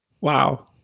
wow